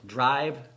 Drive